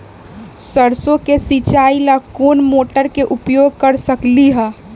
सरसों के सिचाई ला कोंन मोटर के उपयोग कर सकली ह?